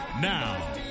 Now